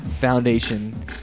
foundation